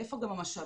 איפה גם המשאבים,